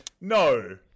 No